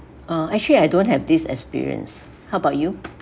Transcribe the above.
uh actually I don't have this experience how about you